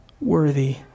worthy